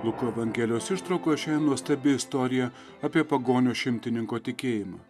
luko evangelijos ištraukoj nuostabi istorija apie pagonio šimtininko tikėjimą